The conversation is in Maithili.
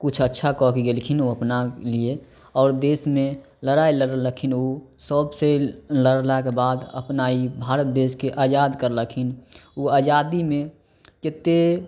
किछु अच्छा कऽ कऽ गेलखिन ओ अपना लिए आओर देशमे लड़ाइ लड़लखिन ओ सबसे लड़लाके बाद अपना ई भारत देशके आजाद करलखिन ओ आजादीमे कते